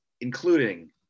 including